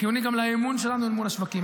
חיוני גם לאמון שלנו אל מול השווקים.